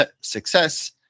success